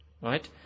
Right